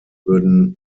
würden